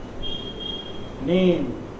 name